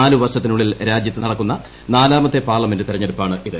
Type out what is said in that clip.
നാലുവർഷത്തിനുള്ളിൽ രാജ്യത്ത് നടക്കുന്ന നാലാമത്തെ പാർലമെന്റ് തെരഞ്ഞെടുപ്പാണിത്